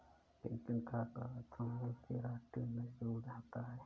किन किन खाद्य पदार्थों में केराटिन मोजूद होता है?